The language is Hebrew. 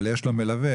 אבל יש לו מלווה.